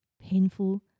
painful